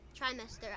trimester